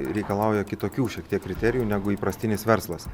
reikalauja kitokių šiek tiek kriterijų negu įprastinis verslas